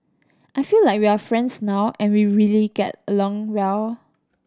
I feel like we are friends now and we really get along well